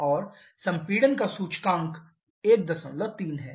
और संपीड़न का सूचकांक 13 है